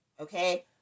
Okay